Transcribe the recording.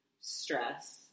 stress